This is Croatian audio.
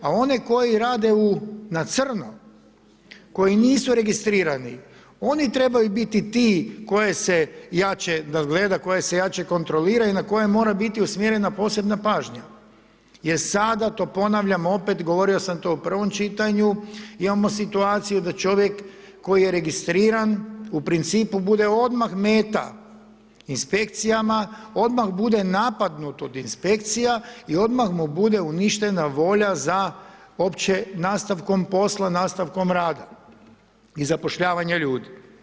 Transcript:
A one koji rade na crno, koji nisu registrirani, oni trebaju biti ti koje se jače nadgleda, koje se jače kontrolira, i na koje mora biti usmjerena posebna pažnja, jer sada to ponavljam opet, govorio sam to u prvom čitanju, imamo situaciju da čovjek koji je registriran, u principu bude odmah meta inspekcijama, odmah bude napadnut od inspekcija i odmah mu bude uništena volja za opće nastavkom posla, nastavkom rada i zapošljavanja ljudi.